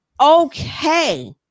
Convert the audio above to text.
okay